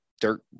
dirt